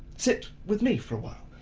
sit with me for a while,